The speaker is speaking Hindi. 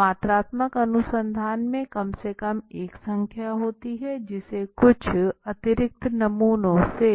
मात्रात्मक अनुसंधान में कम से कम एक संख्या होती है जिसे कुछ अतिरिक्त नमूनों से